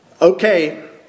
okay